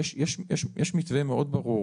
יש מתווה מאוד ברור.